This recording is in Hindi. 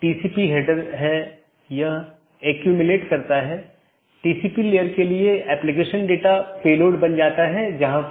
BGP को एक एकल AS के भीतर सभी वक्ताओं की आवश्यकता होती है जिन्होंने IGBP कनेक्शनों को पूरी तरह से ठीक कर लिया है